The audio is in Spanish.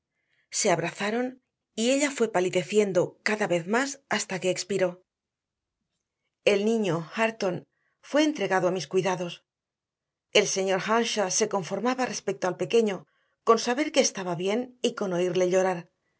se abrazaron y ella fue palideciendo cada vez más hasta que expiró el niño hareton fue entregado a mis cuidados el señor earnshaw se conformaba respecto al pequeño con saber que estaba bien y con oírle llorar